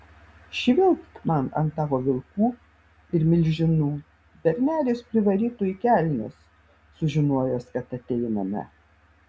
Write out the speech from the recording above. švilpt man ant tavo vilkų ir milžinų bernelis privarytų į kelnes sužinojęs kad ateiname